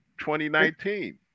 2019